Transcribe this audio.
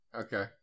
Okay